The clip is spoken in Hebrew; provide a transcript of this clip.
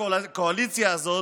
הקואליציה הזאת,